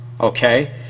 Okay